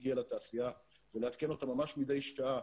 להגיע לתעשייה ולעדכן אותה ממש מדי שעה,